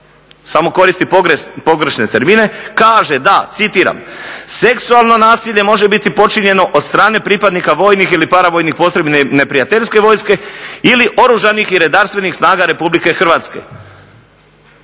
samo koristi pogrešne termine, kaže da, citiram. "seksualno nasilje može biti počinjeno od strane pripadnika vojnih ili paravojnih postrojbi neprijateljske vojske ili oružanih i redarstvenih snaga Republike Hrvatske".